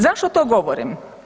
Zašto to govorim?